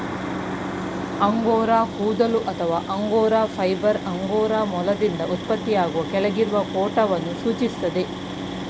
angora ಕೂದಲು ಅಥವಾ angora fibre angora ಮೊಲದಿಂದ ಉತ್ಪತ್ತಿಯಾಗುವ ಕೆಳಗಿರುವ ಕೋಟನ್ನು ಸೂಚಿಸ್ತದೆ